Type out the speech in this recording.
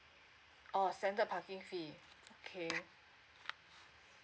orh standard parking fee okay